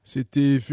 C'était